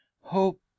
hope